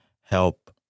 help